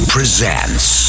Presents